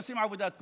עושות עבודת קודש: